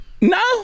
no